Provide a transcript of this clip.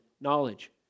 knowledge